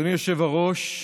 אדוני היושב-ראש,